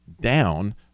down